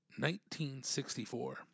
1964